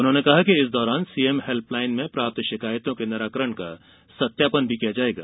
उन्होंने कहा कि इस दौरान सीएम हेल्पलाइन में प्राप्त शिकायतों के निराकरण का सत्यापन भी किया जायेगा